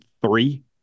three